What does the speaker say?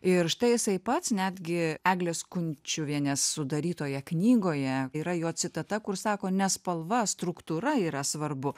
ir štai jisai pats netgi eglės kunčiuvienės sudarytoje knygoje yra jo citata kur sako ne spalva struktūra yra svarbu